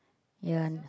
ya